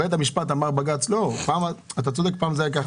פעם זה היה כך.